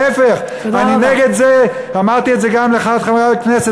ההפך, אני נגד זה, ואמרתי את זה גם לך, חבר הכנסת.